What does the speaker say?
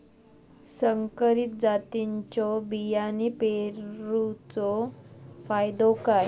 संकरित जातींच्यो बियाणी पेरूचो फायदो काय?